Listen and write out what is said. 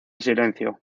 silencio